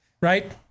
Right